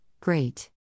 great